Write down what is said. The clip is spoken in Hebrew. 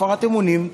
הפרת אמונים,